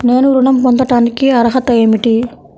నేను ఋణం పొందటానికి అర్హత ఏమిటి?